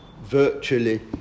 virtually